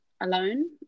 alone